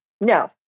no